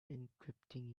encrypting